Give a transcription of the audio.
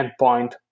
endpoint